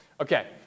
Okay